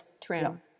trim